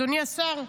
אדוני השר,